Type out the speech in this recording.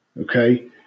Okay